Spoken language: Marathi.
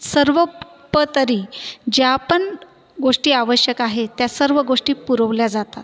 सर्व पतरी ज्या पण गोष्टी आवश्यक आहेत त्या सर्व गोष्टी पुरवल्या जातात